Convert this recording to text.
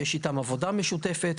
ויש איתן עבודה משותפת.